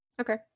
Okay